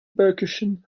percussion